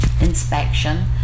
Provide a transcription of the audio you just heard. inspection